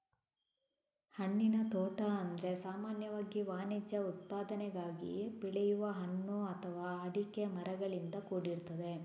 ಹಣ್ಣಿನ ತೋಟ ಅಂದ್ರೆ ಸಾಮಾನ್ಯವಾಗಿ ವಾಣಿಜ್ಯ ಉತ್ಪಾದನೆಗಾಗಿ ಬೆಳೆಯುವ ಹಣ್ಣು ಅಥವಾ ಅಡಿಕೆ ಮರಗಳಿಂದ ಕೂಡಿರ್ತದೆ